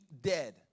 dead